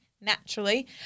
naturally